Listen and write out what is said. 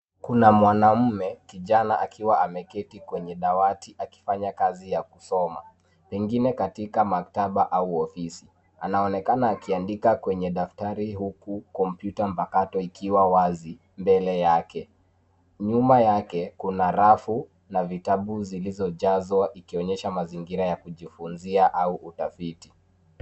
Kuna mwanaume kijana akiwa ameketi kwenye dawati akifanya kazi ya kusoma pengine katika maktaba au ofisi. Anaonekana akiandika kwenye daftari huku kompyuta mpakato ikiwa wazi mbele yake. Nyuma yake kuna rafu na vitabu zilizojazwa ikionyesha mazingira ya kujifunzia au utafiti.